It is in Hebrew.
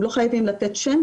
הם לא חייבים לתת שם,